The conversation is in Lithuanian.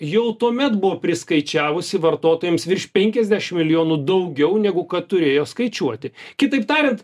jau tuomet buvo priskaičiavusi vartotojams virš penkiasdešimt milijonų daugiau negu kad turėjo skaičiuoti kitaip tariant